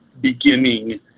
beginning